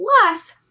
plus